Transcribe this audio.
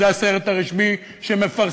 כי זה הסרט הרשמי שמפרסמים.